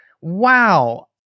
wow